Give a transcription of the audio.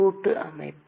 கூட்டு அமைப்பு